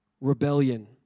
Rebellion